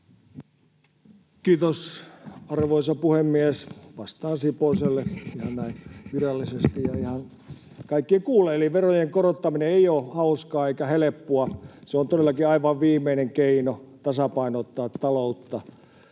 Kiitos, arvoisa puhemies! Vastaan Siposelle ihan näin virallisesti ja ihan kaikkien kuullen: Verojen korottaminen ei ole hauskaa eikä helppoa. Se on todellakin aivan viimeinen keino tasapainottaa taloutta.